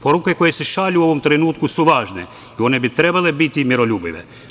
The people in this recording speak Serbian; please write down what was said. Poruke koje se šalju u ovom trenutku su važne i one bi trebale biti miroljubive.